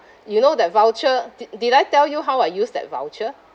you know that voucher did did I tell you how I used that voucher